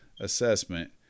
assessment